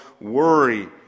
worry